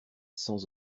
sans